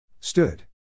Stood